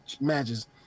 matches